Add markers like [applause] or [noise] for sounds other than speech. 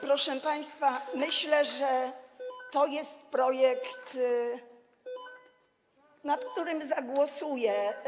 Proszę państwa, [noise] myślę, że to jest projekt, na który zagłosuje.